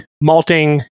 malting